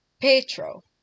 Petro